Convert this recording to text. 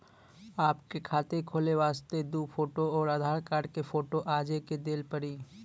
आपके खाते खोले वास्ते दु फोटो और आधार कार्ड के फोटो आजे के देल पड़ी?